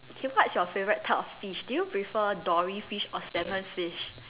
okay what's your favourite type of fish do you prefer dory fish or salmon fish